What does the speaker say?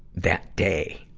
that day,